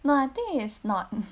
no I think is not